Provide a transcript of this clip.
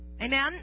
Amen